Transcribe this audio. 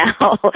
now